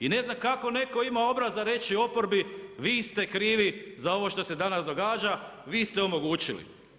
I ne znam kako netko ima obraza reći oporbi vi ste krivi za ovo što se danas događa vi ste omogućili.